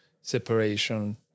separation